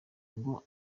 ngo